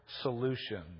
solution